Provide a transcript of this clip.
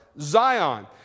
Zion